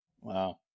wow